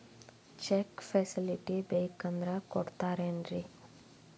Check facility ಬೇಕಂದ್ರ ಕೊಡ್ತಾರೇನ್ರಿ?